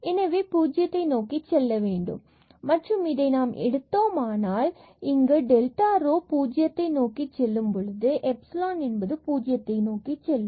எனவே 0 நோக்கி செல்ல வேண்டும் மற்றும் இதை நாம் எடுத்தோமானால் இங்கு delta rho பூஜ்ஜியம் நோக்கிச் செல்லும் பொழுது எப்சிலான் என்பது பூஜ்ஜியத்தை நோக்கிச் செல்லும்